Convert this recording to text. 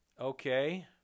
Okay